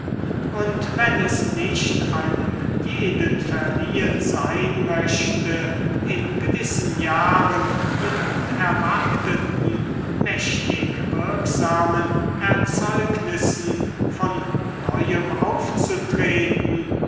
und wenn es nicht einem jeden verliehen sein möchte in gewissen jahren mit unerwarteten mächtig wirksamen erzeugnissen von neuem aufzutreten